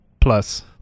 Plus